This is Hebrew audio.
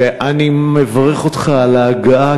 ואני מברך אותך על ההגעה,